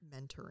mentoring